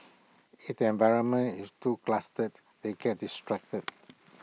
if the environment is too clustered they get distracted